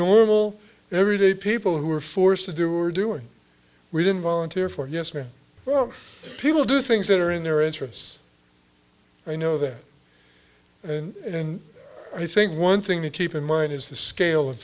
normal everyday people who were forced to do or doing we didn't volunteer for us may well people do things that are in their interests i know that and and i think one thing to keep in mind is the scale of